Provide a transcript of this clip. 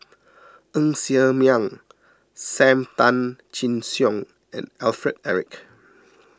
Ng Ser Miang Sam Tan Chin Siong and Alfred Eric